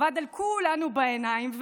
עבד על כולנו בעיניים,